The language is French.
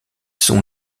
sont